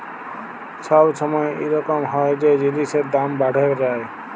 ছব ছময় ইরকম হ্যয় যে জিলিসের দাম বাড়্হে যায়